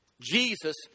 Jesus